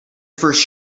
first